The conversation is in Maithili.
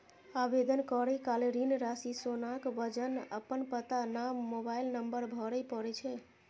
आवेदन करै काल ऋण राशि, सोनाक वजन, अपन पता, नाम, मोबाइल नंबर भरय पड़ै छै